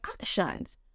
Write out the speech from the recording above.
actions